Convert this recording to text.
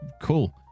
Cool